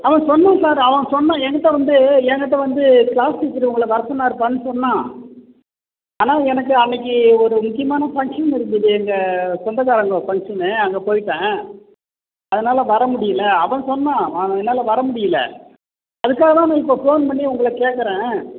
அவன் சொன்னான் சார் அவன் சொன்ன என்கிட்ட வந்து என்கிட்ட வந்து கிளாஸ் டீச்சர் உங்களை வர சொன்னாருப்பானு சொன்னால் ஆனால் எனக்கு அன்னைக்கு ஒரு முக்கியமான ஃபங்க்ஷன் இருந்துது எங்கள் சொந்தக்காரவங்க ஃபங்க்ஷன்னு அங்கே போயிவிட்டேன் அதனால் வர முடியல அவன் சொன்னான் ஆனால் என்னால் வர முடியல அதற்காகத்தான் நான் இப்போ ஃபோன் பண்ணி உங்களை கேட்குறேன்